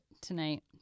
tonight